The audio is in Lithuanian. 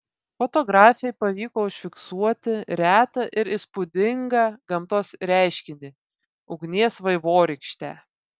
fotografei pavyko užfiksuoti retą ir įspūdingą gamtos reiškinį ugnies vaivorykštę